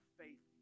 faith